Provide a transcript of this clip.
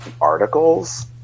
articles